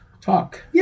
Talk